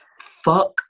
fuck